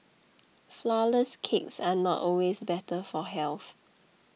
Flourless Cakes are not always better for health